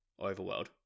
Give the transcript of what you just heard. overworld